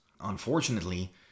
unfortunately